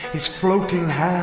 his floating hair!